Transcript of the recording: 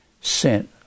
sent